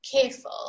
careful